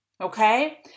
okay